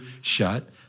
shut